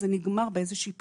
זה נגמר באיזושהי פרידה.